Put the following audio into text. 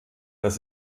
das